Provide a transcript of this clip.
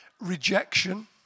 rejection